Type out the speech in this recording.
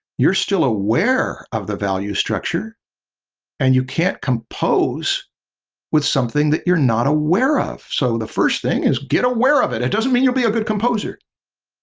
you're still aware of the value structure and you can't compose with something that you're not aware of. so, the first thing is get aware of it. it doesn't mean you'll be a good composer,